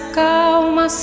calma